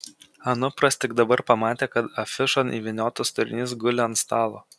anupras tik dabar pamatė kad afišon įvyniotas turinys guli ant stalo